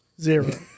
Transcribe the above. zero